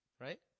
right